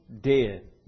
dead